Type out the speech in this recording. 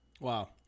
wow